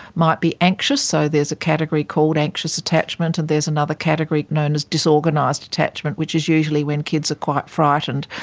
might be anxious. so there's a category called anxious attachment and there's another category known as disorganised attachment which is usually when kids are quite frightened.